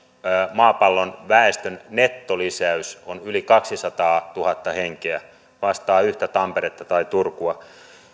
maapallon väestön nettolisäys on yli kaksisataatuhatta henkeä se vastaa yhtä tamperetta tai turkua